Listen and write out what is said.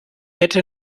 hätte